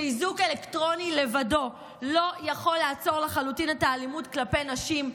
שאיזוק אלקטרוני לבדו לא יכול לעצור לחלוטין את האלימות כלפי נשים.